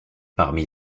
parmi